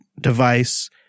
device